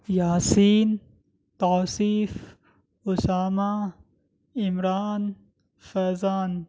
Yasin Tauseef Usama Imran Faizan